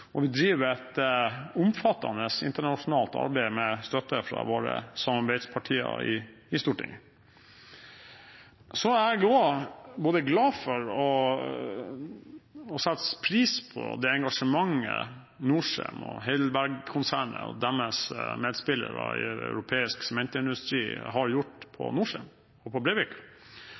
og vi driver et omfattende internasjonalt arbeid med støtte fra våre samarbeidspartier i Stortinget. Så er jeg også både glad for og setter pris på engasjementet til Norcem og Heidelberg-konsernet og deres medspillere i europeisk sementindustri